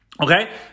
okay